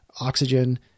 oxygen